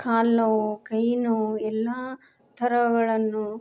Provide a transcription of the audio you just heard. ಕಾಲು ನೋವು ಕೈನೋವು ಎಲ್ಲ ತರಹಗಳನ್ನು